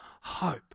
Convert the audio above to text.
hope